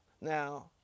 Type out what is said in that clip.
Now